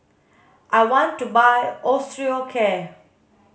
I want to buy Osteocare